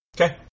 Okay